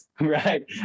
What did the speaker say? right